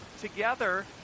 together